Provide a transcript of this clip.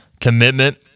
commitment